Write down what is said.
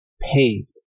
paved